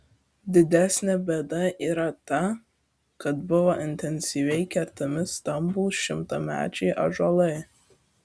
didesnė bėda yra ta kad buvo intensyviai kertami stambūs šimtamečiai ąžuolai